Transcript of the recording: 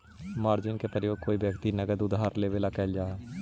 margin के प्रयोग कोई व्यक्ति से नगद उधार लेवे में कैल जा हई